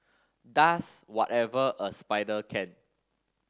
does whatever a spider can